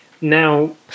now